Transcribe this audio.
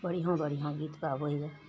बढ़िआँ बढ़िआँ गीत गाबैए